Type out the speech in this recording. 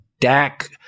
Dak